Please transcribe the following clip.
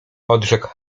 odrzekł